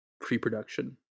pre-production